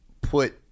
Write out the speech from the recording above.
put